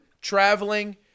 traveling